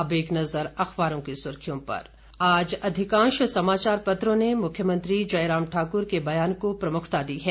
अब एक नजर अखबारों की सुर्खियों पर आज अधिकांश समाचार पत्रों ने मुख्यमंत्री जयराम ठाक़्र के बयान को प्रमुखता दी है